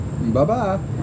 Bye-bye